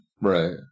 Right